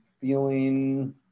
feeling